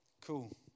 Cool